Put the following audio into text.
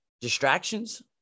Distractions